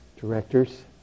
directors